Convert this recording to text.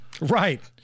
Right